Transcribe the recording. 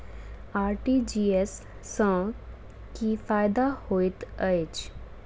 RTGS सँ की फायदा होइत अछि?